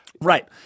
Right